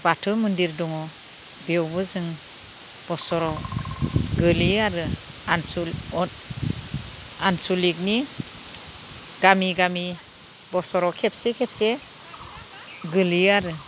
बाथौ मन्दिर दङ बेवबो जों बोसोराव गोग्लैयो आरो आन्सलिक आन्सलिकनि गामि गामि बोसोराव खेबसे खेबसे गोग्लैयो आरो